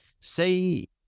say